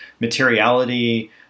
materiality